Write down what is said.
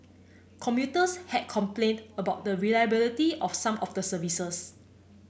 commuters had complained about the reliability of some of the services